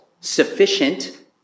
Sufficient